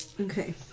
Okay